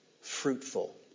fruitful